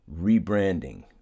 rebranding